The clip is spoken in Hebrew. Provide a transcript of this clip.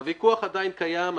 הוויכוח עדיין קיים.